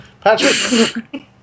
Patrick